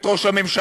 את ראש הממשלה.